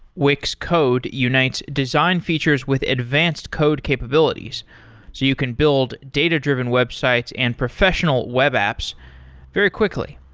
wix code unites design features with advanced code capabilities, so you can build data-driven websites and professional web apps very quickly.